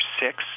six